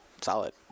Solid